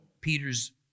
Peter's